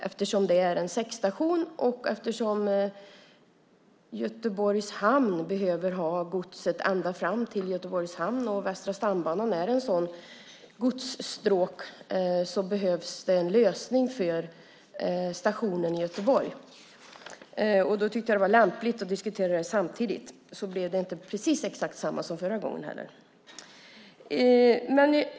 Eftersom det är en säckstation och Göteborgs hamn behöver ha godset ända fram till hamnen och Västra stambanan är ett godsstråk behövs det en lösning för stationen i Göteborg. Då tyckte jag att det var lämpligt att diskutera det samtidigt, så det inte blev exakt samma som förra gången.